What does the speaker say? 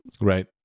Right